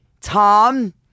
Tom